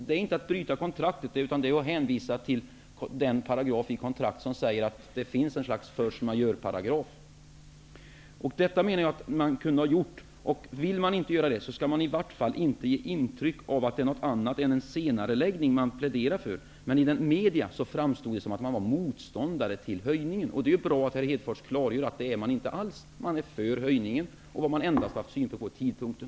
Det är inte att bryta kontraktet, utan det är att hänvisa till den paragraf i kontraktet där det sägs att det finns ett slags force majeure. Man kunde ha gjort det. Vill man inte göra det, skall man i varje fall inte ge intryck av att det är något annat än en senareläggning man pläderar för. I massmedia framstod det som att man var motståndare till höjningen. Det är bra att Lars Hedfors nu klargjort att man inte alls är det, utan man är för höjningen. Vad man vill ändra på är genomförandetidpunkten.